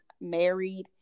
married